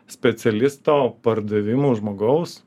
specialisto pardavimų žmogaus